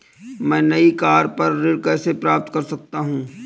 मैं नई कार पर ऋण कैसे प्राप्त कर सकता हूँ?